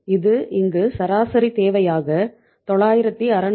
இது இங்கு சராசரி தேவையாக 966